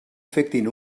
afectin